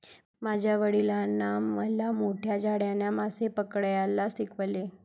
माझ्या वडिलांनी मला मोठ्या जाळ्याने मासे पकडायला शिकवले